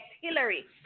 Hillary